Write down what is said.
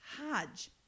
Hodge